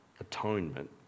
atonement